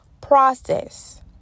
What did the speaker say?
Process